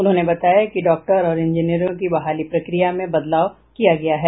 उन्होंने बताया कि डॉक्टर और इंजीनियरों की बहाली प्रक्रिया में बदलाव किया गया है